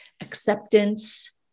acceptance